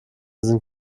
sind